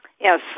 Yes